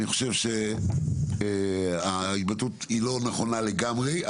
אני חושב שההתבטאות הזאת לא נכונה לגמרי,